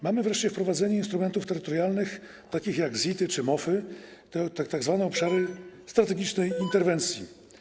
Mamy wreszcie wprowadzenie instrumentów terytorialnych, takich jak ZIT-y czy MOF-y, chodzi o tzw. obszary strategicznej interwencji.